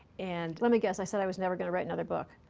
and let me guess, i said i was never going to write another book?